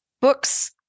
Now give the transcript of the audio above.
books